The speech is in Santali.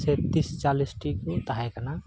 ᱪᱮᱛᱛᱨᱤᱥ ᱪᱚᱞᱞᱤᱥᱴᱤ ᱠᱚ ᱛᱟᱦᱮᱸ ᱠᱟᱱᱟ